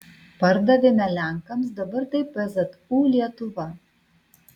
pardavėme lenkams dabar tai pzu lietuva